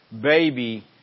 baby